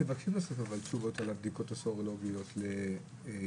תבקשי בסוף לקבל תשובות על הבדיקות הסרולוגיות לילדים.